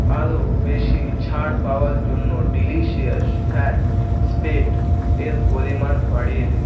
আরও বেশি ছাড় পাওয়ার জন্য ডিলিশিয়াস ফ্যাট স্প্রেড এর পরিমাণ বাড়িয়ে দিন